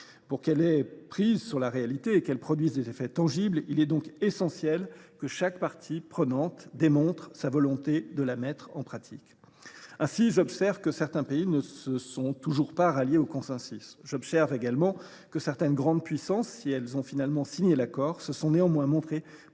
Pour qu’elle ait prise sur la réalité et pour qu’elle produise des effets tangibles, il est essentiel que chaque partie prenante démontre sa volonté de la mettre en pratique. Ainsi, j’observe que certains pays ne se sont toujours pas ralliés au consensus. J’observe également que certaines grandes puissances, si elles ont finalement signé l’accord, se sont montrées